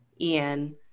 Ian